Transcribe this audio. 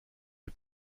les